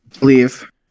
Leave